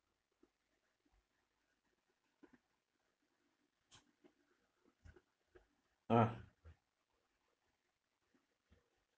ah